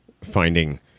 finding